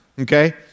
Okay